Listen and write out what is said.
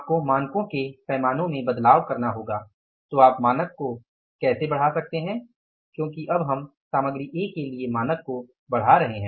आपको मानकों के पैमानों को बदलना होगा तो आप मानक को कैसे बाधा सकते है क्योकि अब हम सामग्री ए के लिए मानक को बढ़ा रहे हैं